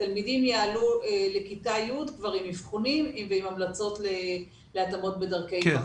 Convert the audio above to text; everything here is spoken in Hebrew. התלמידים יעלו לכיתה י' כבר עם אבחונים והמלצות להתאמות בדרכי היבחנות.